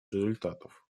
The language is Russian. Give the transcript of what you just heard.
результатов